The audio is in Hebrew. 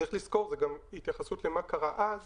צריך לזכור מה קרה אז.